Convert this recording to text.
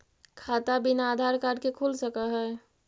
खाता बिना आधार कार्ड के खुल सक है?